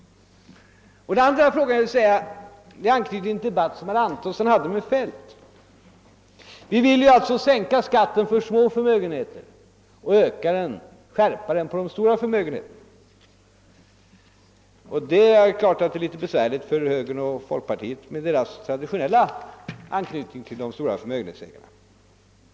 Min andra fråga har anknytning till TV-duellen mellan herr Antonsson och statssekreterare Feldt. Vi vill alltså sänka skatten för små förmögenheter och skärpa den för stora förmögenheter. Självfallet är det mycket besvärligt för högern och folkpartiet, med deras tra ditionella anknytning till de stora förmögenhetsägarna, att ansluta sig till ett sådant förslag.